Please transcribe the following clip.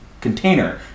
container